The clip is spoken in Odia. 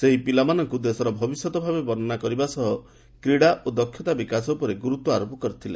ସେହି ପିଲାମାନଙ୍କୁ ଦେଶର ଭବିଷ୍ୟତ ଭାବେ ବର୍ଷ୍ଣନା କରିବା ସହ କ୍ରୀଡ଼ା ଓ ଦକ୍ଷତା ବିକାଶ ଉପରେ ଗୁରୁତ୍ୱ ଆରୋପ କରିଥିଲେ